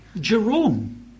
Jerome